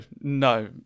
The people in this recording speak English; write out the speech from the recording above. no